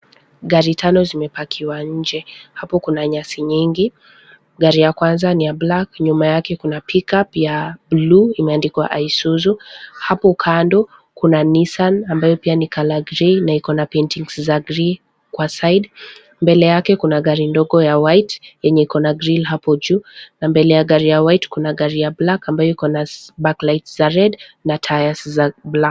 Gari tano zimepakiwa nje, hapo kuna nyasi nyingi. Gari ya kwanza ni ya black , nyuma yake kuna pickup ya buluu imeandikwa Isuzu, hapo kando kuna Nissan ambayo pia ni colour green na iko na paintings za green kwa side . Mbele yake kuna gari ndogo ya white yenye iko na grille hapo juu na mbele ya gari ya white kuna gari ya black ambayo iko na backlights za red na tyres za black .